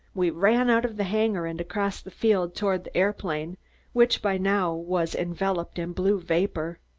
we ran out of the hangar and across the field toward the aeroplane which, by now, was enveloped in blue vapor.